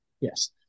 Yes